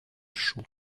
chaud